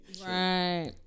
right